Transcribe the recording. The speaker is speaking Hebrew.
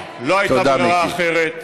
תודה, מיקי.